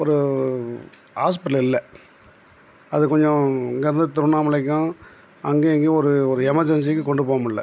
ஒரு ஹாஸ்பிட்டல் இல்லை அது கொஞ்சம் இங்கேயிருந்து திருவண்ணாமலைக்கும் அங்கே இங்கேயும் ஒரு ஒரு எமர்ஜென்சிக்கு கொண்டு போக முடில